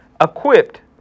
equipped